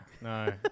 No